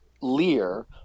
Lear